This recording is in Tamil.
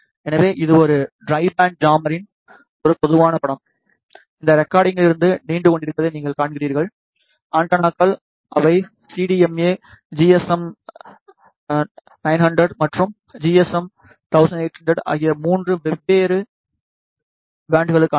எனவே இது ஒரு ட்ரை பேண்ட் ஜாமரின் ஒரு பொதுவான படம் இந்த ரெக்டாங்கிலிருந்து நீண்டு கொண்டிருப்பதை நீங்கள் காண்கிறீர்கள் ஆண்டெனாக்கள் அவை சிடிஎம்ஏ ஜிஎஸ்எம் 900 மற்றும் ஜிஎஸ்எம் 1800 ஆகிய 3 வெவ்வேறு பேண்ட்களுக்கானவை